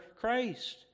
Christ